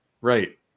right